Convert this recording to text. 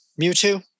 Mewtwo